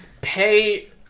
pay